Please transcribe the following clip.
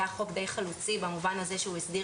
הוא היה חוק די חלוצי במובן הזה שהוא הסדיר